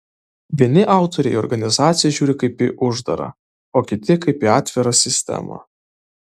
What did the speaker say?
vieni autoriai į organizaciją žiūri kaip į uždarą o kiti kaip į atvirą sistemą